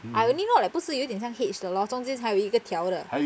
I only know like 不是有点像 H 的 lor 中间才有一个挑的